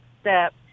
step